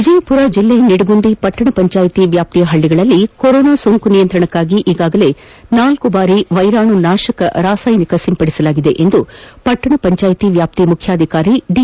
ವಿಜಯಪುರ ಜಿಲ್ಲೆ ನಿಡಗುಂದಿ ಪಟ್ಟಣ ಪಂಚಾಯಿತಿ ವ್ಯಾಪ್ತಿಯ ಹಳ್ಳಿಗಳಲ್ಲಿ ಕೊರೋನಾ ಸೋಂಕು ನಿಯಂತ್ರಣಕ್ಕಾಗಿ ಈಗಾಗಲೇ ನಾಲ್ಕು ಬಾರಿ ವೈರಾಣು ನಾಶಕರಾಸಾಯನಿಕ ಸಿಂಪಡಣೆ ಮಾಡಲಾಗಿದೆ ಎಂದು ಪಟ್ಟಣ ಪಂಚಾಯಿತಿ ವ್ಯಾಪ್ತಿಯ ಮುಖ್ಯಾಧಿಕಾರಿ ದಿ